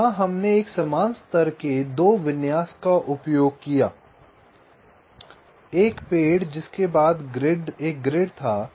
तो वहां हमने एक समान स्तर के 2 विन्यास का उपयोग किया एक पेड़ जिसके बाद एक ग्रिड था